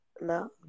No